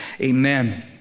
Amen